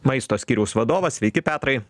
maisto skyriaus vadovas sveiki petrai